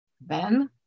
Ben